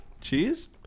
Cheese